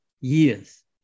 years